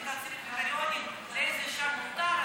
אם תיכנסי לקריטריונים לאיזו אישה מותר,